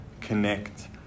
Connect